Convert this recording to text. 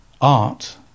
art